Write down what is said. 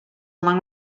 long